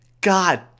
god